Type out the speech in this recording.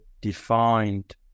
defined